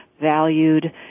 valued